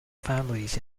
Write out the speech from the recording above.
families